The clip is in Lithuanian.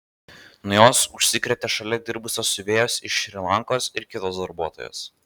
nuo jos užsikrėtė šalia dirbusios siuvėjos iš šri lankos ir kitos darbuotojos